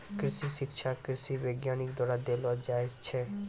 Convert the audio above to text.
कृषि शिक्षा कृषि वैज्ञानिक द्वारा देलो जाय छै